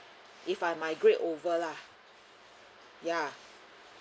if I migrate over lah ya